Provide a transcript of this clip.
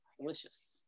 delicious